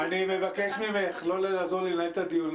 כי --- אני מבקש ממך לא לעזור לי לנהל את הדיון,